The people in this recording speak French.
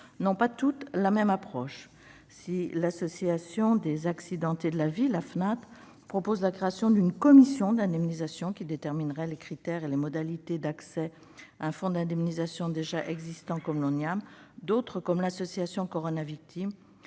n'ont pas toutes la même approche. Si l'Association des accidentés de la vie, la Fnath, propose la création d'une commission d'indemnisation qui déterminerait les critères et les modalités d'accès à un fonds d'indemnisation déjà existant comme l'Oniam, d'autres, comme l'association Coronavictimes,